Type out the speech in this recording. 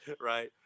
Right